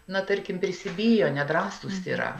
na tarkim prisibijo nedrąsūs yra